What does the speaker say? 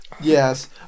Yes